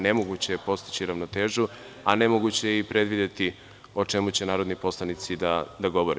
Nemoguće je postići ravnotežu, a nemoguće je i predvideti o čemu će narodni poslanici da govore.